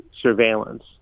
surveillance